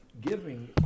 giving